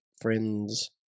friends